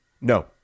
No